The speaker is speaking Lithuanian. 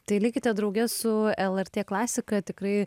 tai likite drauge su lrt klasika tikrai